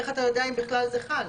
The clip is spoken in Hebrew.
איך אתה יודע אם בכלל זה חל?